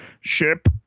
ship